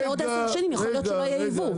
כשעוד 10 שנים יכול להיות שלא יהיה יבוא,